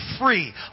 free